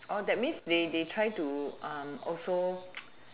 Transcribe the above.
that means they they try to also